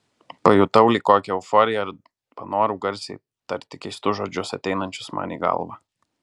pajutau lyg kokią euforiją ir panorau garsiai tarti keistus žodžius ateinančius man į galvą